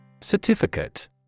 Certificate